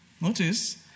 Notice